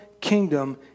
kingdom